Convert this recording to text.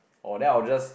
oh then I'll just